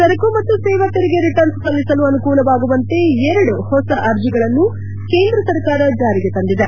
ಸರಕು ಮತ್ತು ಸೇವಾ ತೆರಿಗೆ ರಿಟರ್ನ್ಸ್ ಸಲ್ಲಿಸಲು ಅನುಕೂಲವಾಗುವಂತೆ ಎರಡು ಹೊಸ ಅರ್ಜಿಗಳನ್ನು ಕೇಂದ್ರ ಸರಕಾರ ಜಾರಿಗೆ ತಂದಿದೆ